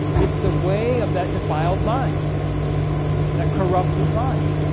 it's the way of that defiled mind that corrupted mind.